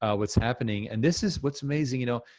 ah what's happening and this is what's amazing, you know,